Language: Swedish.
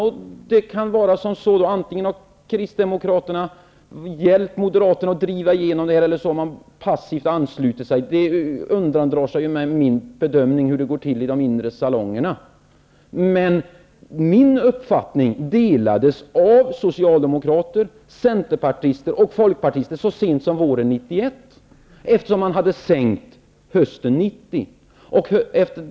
Och det kan vara på det sättet att Kristdemokraterna antingen har hjälpt Moderaterna att driva igenom detta, eller också har de passivt anslutit sig till detta. Men det undandrar sig min bedömning hur det går till i de inre salongerna. Min uppfattning delades emellertid av Socialdemokraterna, Centern och Folkpartiet så sent som våren 1991, eftersom beslut om en sänkning hade fattats hösten 1990.